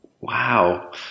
Wow